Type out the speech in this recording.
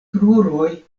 kruroj